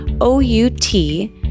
O-U-T